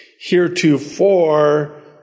heretofore